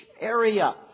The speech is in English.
area